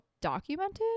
documented